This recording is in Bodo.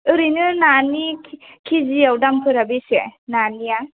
ओरैनो नानि केजियाव दामफोरा बेसे नानिया